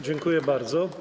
Dziękuję bardzo.